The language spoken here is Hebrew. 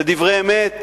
ודברי אמת